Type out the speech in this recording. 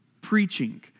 preaching